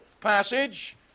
passage